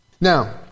Now